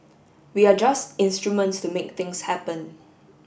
we are just instruments to make things happen